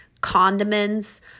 condiments